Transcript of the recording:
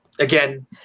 again